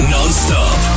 Non-stop